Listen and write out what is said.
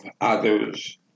others